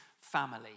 family